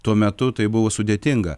tuo metu tai buvo sudėtinga